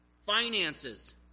finances